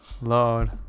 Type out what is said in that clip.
Lord